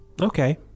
Okay